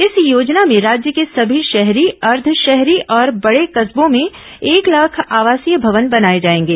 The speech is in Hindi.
इस योजना में राज्य के समी शहरी अर्द्ध शहरी और बड़े कस्बों में एक लाख आवासीय भवन बनाए जाएंगे